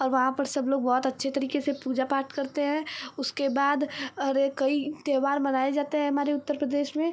और वहाँ पर सब लोग बहुत अच्छे तरीके से पूजा पाठ करते हैं उसके बाद अरे कई त्योहार मनाए जाते हैं हमारे उत्तर प्रदेश में